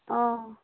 অঁ